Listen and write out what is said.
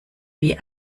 wie